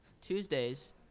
Tuesdays